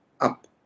up